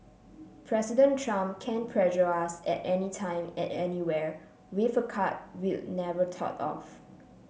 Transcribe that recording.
President Trump can pressure us at anytime at anywhere with a card we'll never thought of